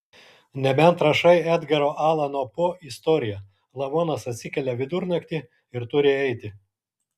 nebent rašai edgaro alano po istoriją lavonas atsikelia vidurnaktį ir turi eiti